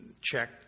check